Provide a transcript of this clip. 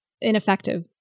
ineffective